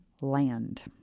Land